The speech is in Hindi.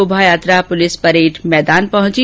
शोभा यात्रा पुलिस परेड मैदान पहुंची